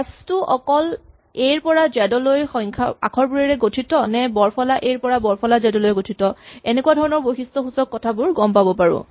S টো অকল A ৰ পৰা জেড লৈ আখৰবোৰেৰে গঠিত নে বৰফলা এ ৰ পৰা বৰফলা জেড লৈ গঠিত এনেকুৱা ধৰণৰ বৈশিষ্টসূচক কথাবোৰ গম পাব পাৰোঁ